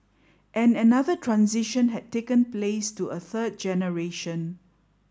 and another transition had taken place to a third generation